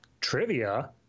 Trivia